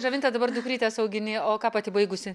žavinta dabar dukrytes augini o ką pati baigusi